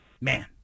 Man